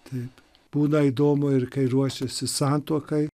taip būdą įdomu ir kai ruošiasi santuokai